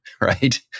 right